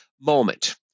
moment